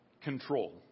control